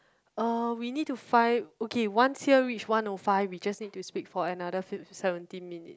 uh we need to find okay once here reach one O five we just need to speak for another fif~ seventeen minute